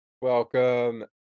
Welcome